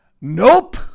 Nope